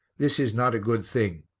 this is not a good thing.